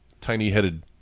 tiny-headed